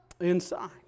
inside